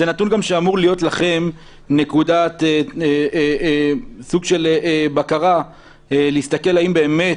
זה נתון גם שאמור להיות לכם סוג של בקרה להסתכל אם באמת